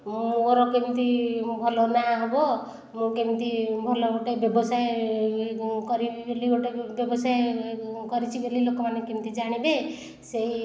ମୋର କେମିତି ଭଲ ନାଁ ହବ ମୁଁ କେମିତି ଭଲ ଗୋଟିଏ ବ୍ୟବସାୟ କରିବି ବୋଲି ଗୋଟିଏ ବ୍ୟବସାୟ କରିଛି ବୋଲି ଲୋକମାନେ କେମିତି ଜାଣିବେ ସେଇ